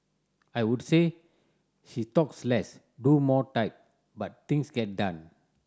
I would say she talks less do more type but things get done